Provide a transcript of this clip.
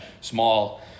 small